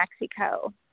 Mexico